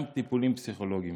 גם טיפולים פסיכולוגיים.